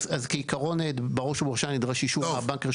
אז כעקרון, בראש ובראשונה, נדרש אישור מהבנק.